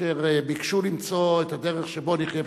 אשר ביקשו למצוא את הדרך שבה נחיה,